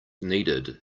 needed